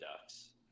Ducks